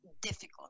difficult